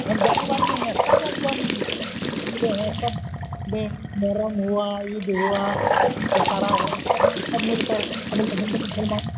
अब जातिवाद नहीं है सब एक दम मिले हैं सब ले मुहर्रम हुआ ईद हुआ दशहरा हुआ सब सब मिलकर अभी तो हिन्दू मुसलमान